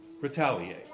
retaliate